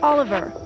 Oliver